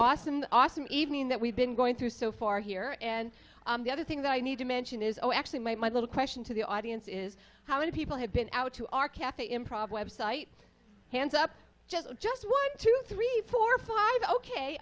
awesome awesome evening that we've been going through so far here and the other thing that i need to mention is oh actually my little question to the audience is how many people have been out to our cafe improv web site hands up just just one two three four